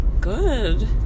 Good